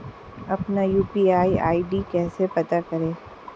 अपना UPI ID कैसे पता करें?